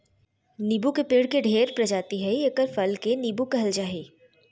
नीबू के पेड़ के ढेर प्रजाति हइ एकर फल के नीबू कहल जा हइ